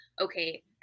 Okay